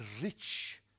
rich